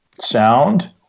sound